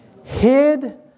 hid